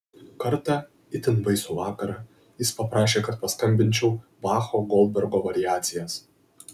kartą itin baisų vakarą jis paprašė kad paskambinčiau bacho goldbergo variacijas